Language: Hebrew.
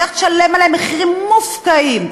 לך תשלם עליהם מחירים מופקעים.